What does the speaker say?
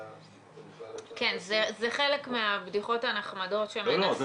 זה חלק מהבדיחות הנחמדות שמנסים --- לא,